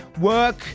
work